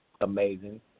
amazing